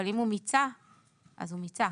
אבל אם הוא מיצה אז הוא מיצה.